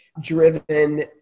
driven